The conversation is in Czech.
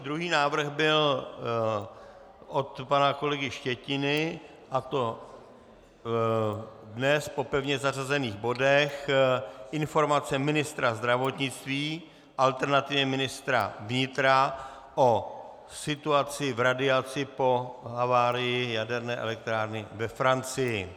Druhý návrh byl od pana kolegy Štětiny, a to dnes po pevně zařazených bodech informace ministra zdravotnictví, alternativně ministra vnitra, o situaci v radiaci po havárii jaderné elektrárny ve Francii.